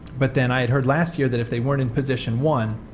but then i had heard last year that if they weren't in position one,